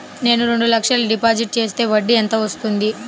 నేను రెండు లక్షల డిపాజిట్ చేస్తే వడ్డీ ఎంత వస్తుంది?